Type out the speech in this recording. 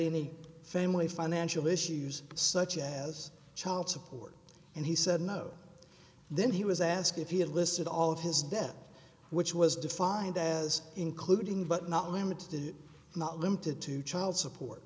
any family financial issues such as child support and he said no then he was asked if he had listed all of his debt which was defined as including but not limited to not limited to child support